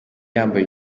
yambaye